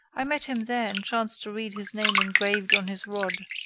i met him there and chanced to read his name engraved on his rod.